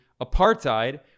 apartheid